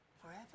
forever